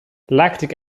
lactic